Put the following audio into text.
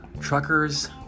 Truckers